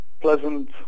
pleasant